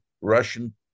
Russian